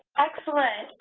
excellent.